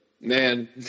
man